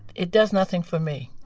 it does nothing for me.